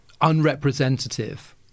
unrepresentative